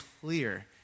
clear